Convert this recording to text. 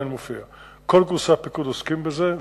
כל קורסי הפיקוד עוסקים בזה,